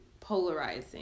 polarizing